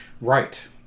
Right